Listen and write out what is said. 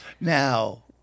Now